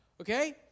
okay